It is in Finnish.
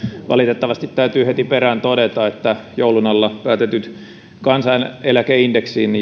valitettavasti täytyy heti perään todeta että joulun alla päätetyt kansaneläkeindeksin